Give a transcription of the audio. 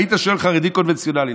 היית שואל חרדי קונבנציונלי,